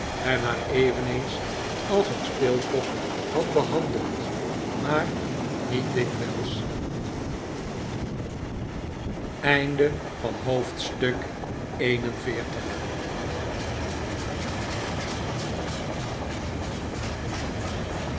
en haar eveneens als een speelpop had behandeld maar niet dikwijls